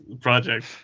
project